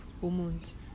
hormones